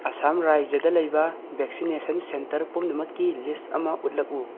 ꯑꯥꯁꯥꯝ ꯔꯥꯏꯖ꯭ꯌꯥꯗ ꯂꯩꯕ vaccination centre ꯄꯨꯝꯅꯃꯛꯀꯤ ꯂꯤꯁ ꯑꯃ ꯎꯠꯂꯛꯎ